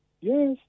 yes